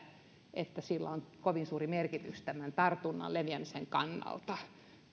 että sillä on kovin suuri merkitys tämän tartunnan leviämisen kannalta